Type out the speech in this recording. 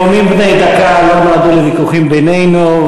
נאומים בני דקה לא נועדו לוויכוחים בינינו.